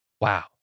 wow